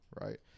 right